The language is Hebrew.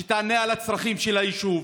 שתענה על הצרכים של היישוב,